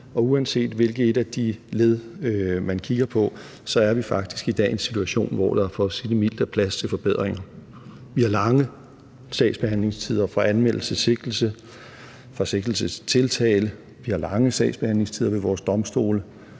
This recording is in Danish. Og uanset hvilket af de led man kigger på, er vi faktisk i dag i en situation, hvor der – for at sige det mildt – er plads til forbedringer. Vi har lange sagsbehandlingstider fra anmeldelse til sigtelse, fra sigtelse til tiltale, og vi har lange sagsbehandlingstider ved vores domstole,